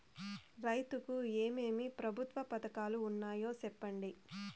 రైతుకు ఏమేమి ప్రభుత్వ పథకాలు ఉన్నాయో సెప్పండి?